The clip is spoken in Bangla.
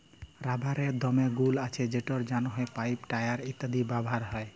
রাবারের দমে গুল্ আছে যেটর জ্যনহে পাইপ, টায়ার ইত্যাদিতে ব্যাভার হ্যয়